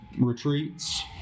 retreats